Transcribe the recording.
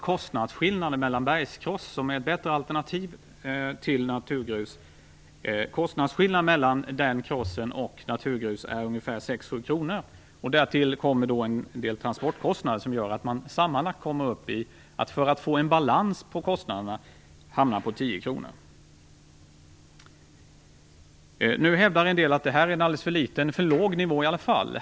Kostnadsskillnaden mellan bergskross, som är ett alternativ till naturgrus, och naturgrus är ungefär 6-7 kr. Därtill kommer en del transportkostnader som gör att man sammanlagt, för att få en balans i kostnaderna, kommer upp i 10 kr. Nu hävdar en del att det är en alldeles för låg nivå i alla fall.